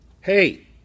Hey